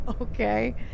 Okay